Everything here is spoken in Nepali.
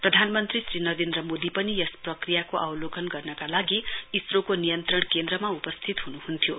प्रधानमन्त्री श्री नरेन्द्र मोदी पनि यस प्रक्रियाको अवलोकन गर्नका लागि इसरोको नियन्त्रण केन्द्रमा उपस्थित हुनुहुन्थ्यो